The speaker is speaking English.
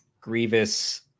Grievous